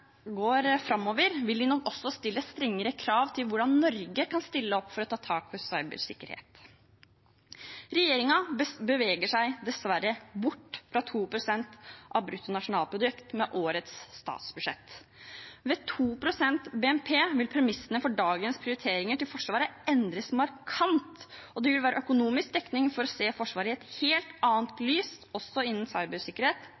går framover, vil de nok også stille strengere krav til hvordan Norge kan stille opp for å ta tak i cybersikkerhet. Regjeringen beveger seg dessverre bort fra 2 pst. av brutto nasjonalprodukt med årets statsbudsjett. Ved 2 pst. av BNP vil premissene for dagens prioriteringer til Forsvaret endres markant, og det vil være økonomisk dekning for å se Forsvaret i et helt annet